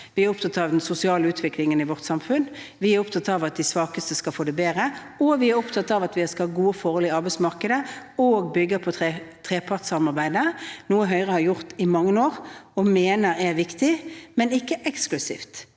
Vi er opptatt av den sosiale utviklingen i vårt samfunn. Vi er opptatt av at de svakeste skal få det bedre, og vi er opptatt av at vi skal ha gode forhold på arbeidsmarkedet og bygge på trepartssamarbeidet, noe Høyre har gjort i mange år og mener er viktig, men ikke eksklusivt.